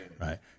Right